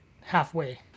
halfway